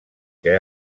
que